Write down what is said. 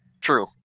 True